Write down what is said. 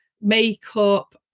makeup